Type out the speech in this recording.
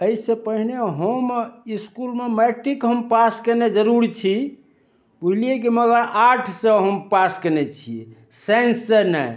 अइसँ पहिने हम इसकूलमे मैट्रिक हम पास कयने जरूर छी बुझलियै कि मगर आर्टसँ हम पास कयने छियै साइंससँ नहि